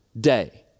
day